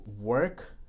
work